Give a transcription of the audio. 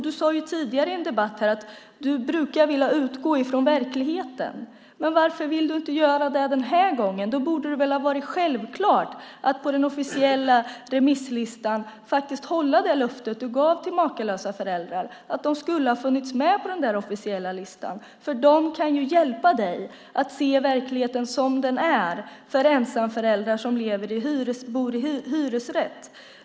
Du sade ju tidigare i en debatt här att du brukar vilja utgå från verkligheten. Varför vill du inte göra det den här gången? Det borde väl ha varit självklart att på den officiella remisslistan hålla det löfte som du gav till Makalösa föräldrar. De skulle ha funnits på den officiella listan, för de kan ju hjälpa dig att se verkligheten som den är för ensamföräldrar som bor i hyresrätt.